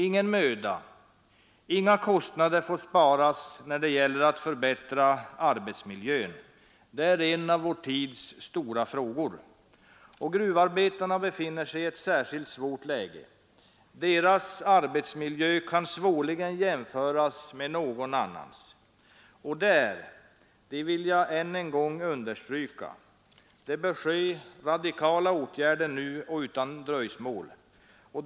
Ingen möda och inga kostnader får sparas när det gäller att förbättra arbetsmiljön. Detta är en av vår tids stora frågor, och gruvarbetarna befinner sig i ett särskilt svårt läge. Deras arbetsmiljö kan svårligen jämföras med någon annans. Och det är bråttom — det vill jag än en gång understryka. Det bör ske radikala åtgärder nu och utan dröjsmål.